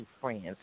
friends